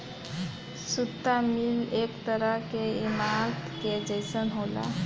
सुता मिल एक तरह के ईमारत के जइसन होला